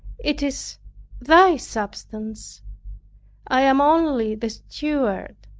it is thy substance i am only the steward.